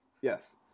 yes